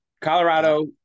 Colorado